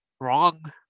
wrong